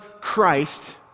Christ